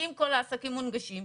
אם כל העסקים מונגשים,